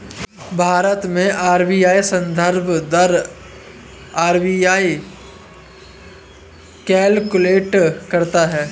भारत में आर.बी.आई संदर्भ दर आर.बी.आई कैलकुलेट करता है